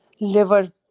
liver